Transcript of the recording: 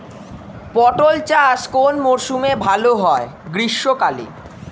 পটল চাষ কোন মরশুমে ভাল হয়?